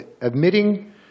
admitting